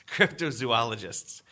Cryptozoologists